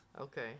Okay